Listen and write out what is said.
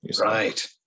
Right